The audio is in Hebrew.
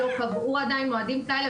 לא קבעו עדיין מועדים כאלה,